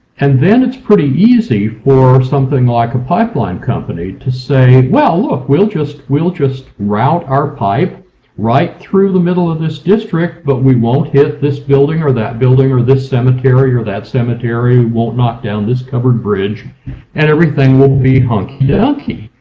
and then it's pretty easy for something like a pipeline company to say, well look we'll just, we'll just route our pipe right through the middle of this district, but we won't hit this building or that building or this cemetery or that cemetery. we won't knock down this covered bridge and everything will be hunky dunky.